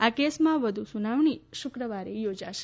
આ કેસમાં વધુ સુનાવણી શુક્રવારે યોજાશે